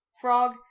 frog